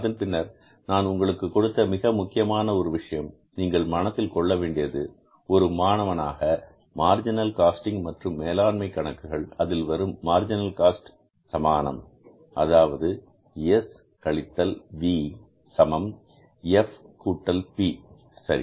அதன் பின்னர் நான் உங்களுக்கு கொடுத்த மிக முக்கியமான ஒரு விஷயம் நீங்கள் மனதில் கொள்ள வேண்டியது ஒரு மாணவனாக மார்ஜினல் காஸ்டிங் மற்றும் மேலாண்மை கணக்குகள் அதில் வரும் மார்ஜினல் காஸ்ட் சமானம் அதாவது எஸ் கழித்தல் வி சமம் கூட்டல் பி சரி